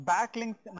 Backlinks